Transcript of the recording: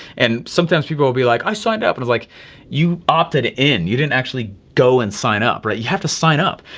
and sometimes people will be like i signed up and like you opted in, you didn't actually go and sign up, right? you have to sign up.